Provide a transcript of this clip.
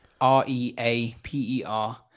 R-E-A-P-E-R